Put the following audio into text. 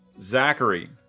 Zachary